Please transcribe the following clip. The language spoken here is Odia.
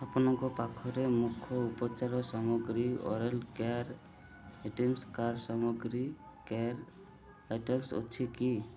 ଆପଣଙ୍କ ପାଖରେ ମୁଖ ଉପଚାର ସାମଗ୍ରୀ ଓଏଲ୍ କେୟାର ଇଟିନ୍ସ କାର୍ କ୍ୟାର୍ ସାମଗ୍ରୀ ଅଛି କି